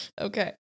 Okay